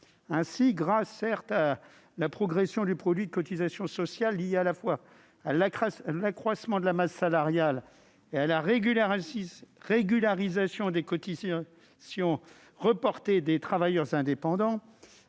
Ainsi, grâce à la progression du produit des cotisations sociales, liée à la fois à l'accroissement de la masse salariale et à la régularisation des cotisations reportées des travailleurs indépendants,